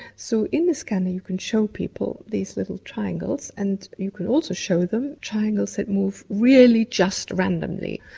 so in the scanner you can show people these little triangles and you can also show them triangles that move really just randomly.